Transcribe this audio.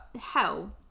Hell